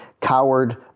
coward